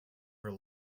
her